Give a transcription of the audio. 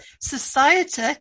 Society